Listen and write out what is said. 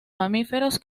mamíferos